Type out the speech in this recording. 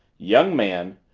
young man,